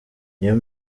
niyo